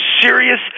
serious